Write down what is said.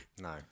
No